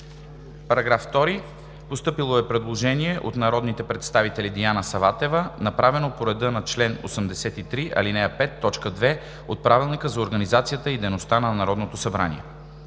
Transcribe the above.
По § 2 е постъпило предложение от народния представител Диана Саватева, направено по реда на чл. 83, ал. 5, т. 2 от Правилника за организацията и дейността на Народното събрание.